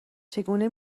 چگونه